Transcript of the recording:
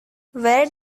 where